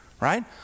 Right